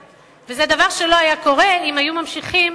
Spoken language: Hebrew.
וזה דבר שלא היה קורה אם היו ממשיכים